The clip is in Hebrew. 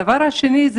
הדבר השני זה